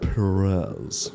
Perez